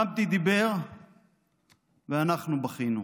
דמתי דיבר ואנחנו בכינו,